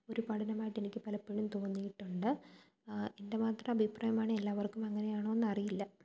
ഒരു പഠനമായിട്ട് എനിക്ക് പലപ്പോഴും തോന്നിയിട്ടുണ്ട് എന്റെ മാത്രം അഭിപ്രായമാണ് എല്ലാവര്ക്കും അങ്ങനെയാണോ എന്നറിയില്ല